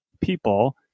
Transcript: people